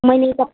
मैले त